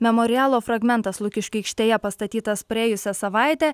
memorialo fragmentas lukiškių aikštėje pastatytas praėjusią savaitę